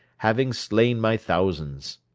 having slain my thousands.